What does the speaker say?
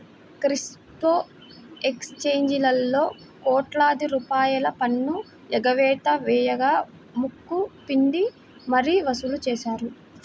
crypto ఎక్స్చేంజీలలో కోట్లాది రూపాయల పన్ను ఎగవేత వేయగా ముక్కు పిండి మరీ వసూలు చేశారు